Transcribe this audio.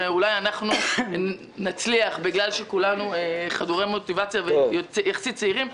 שאולי אנחנו נצליח בגלל שכולנו חדורי מוטיבציה ויחסית צעירים,